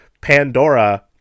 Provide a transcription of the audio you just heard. Pandora